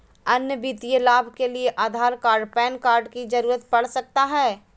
अन्य वित्तीय लाभ के लिए आधार कार्ड पैन कार्ड की जरूरत पड़ सकता है?